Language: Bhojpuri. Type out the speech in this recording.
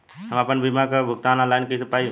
हम आपन बीमा क भुगतान ऑनलाइन कर पाईब?